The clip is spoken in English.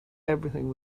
everything